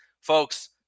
folks